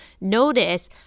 notice